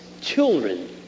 children